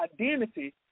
identity